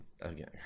again